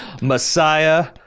Messiah